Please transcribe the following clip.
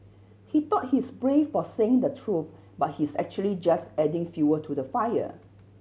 he thought he's brave for saying the truth but he's actually just adding fuel to the fire